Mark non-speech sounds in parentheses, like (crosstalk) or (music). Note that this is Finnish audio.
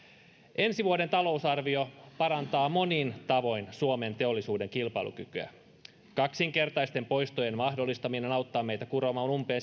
ensi vuoden talousarvio parantaa monin tavoin suomen teollisuuden kilpailukykyä kaksinkertaisten poistojen mahdollistaminen auttaa meitä kuromaan umpeen (unintelligible)